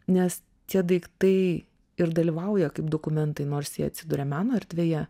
nes tie daiktai ir dalyvauja kaip dokumentai nors jie atsiduria meno erdvėje